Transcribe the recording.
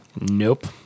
nope